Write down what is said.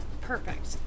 Perfect